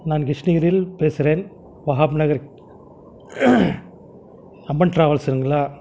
நான் கிருஷ்ணகிரியில் பேசுகிறேன் வஹாப் நகர் அம்மன் டிராவல்ஸுங்களா